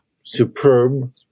superb